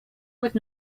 with